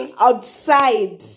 Outside